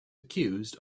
accused